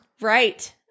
Right